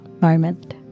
moment